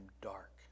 dark